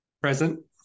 present